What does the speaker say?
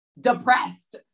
depressed